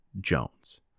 Jones